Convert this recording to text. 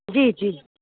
जी जी